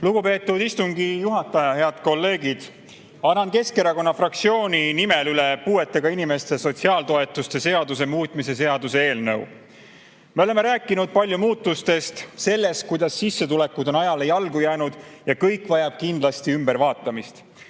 Lugupeetud istungi juhataja! Head kolleegid! Annan Keskerakonna fraktsiooni nimel üle puuetega inimeste sotsiaaltoetuste seaduse muutmise seaduse eelnõu. Me oleme rääkinud palju muutustest ja sellest, kuidas sissetulekud on ajale jalgu jäänud ja kõik vajab kindlasti ümbervaatamist.